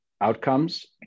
outcomes